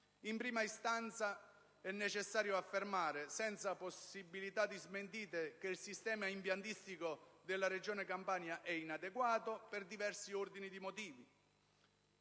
In prima istanza è necessario affermare senza possibilità di smentite che il sistema impiantistico della Regione Campania è inadeguato, per diversi ordini di motivi: